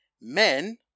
men